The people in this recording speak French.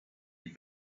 est